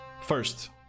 first